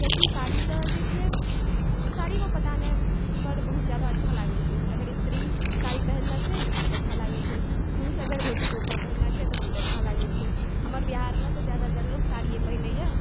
कियाकि साड़ीसँ जे छै साड़ीमे पता नहि पर बहुत जादा अच्छा लागै छै अगर स्त्री साड़ी पहिरने छै तऽ बहुत अच्छा लागै छै पुरुष अगर धोती कुर्ता पहिरने छै तऽ बहुत अच्छा लागै छै हमर बिहारमे तऽ जादातर लोग साड़िये पहिनैए